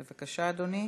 בבקשה, אדוני.